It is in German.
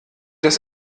das